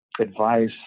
advice